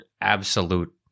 absolute